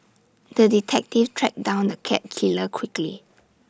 the detective tracked down the cat killer quickly